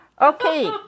Okay